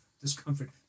Discomfort